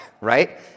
right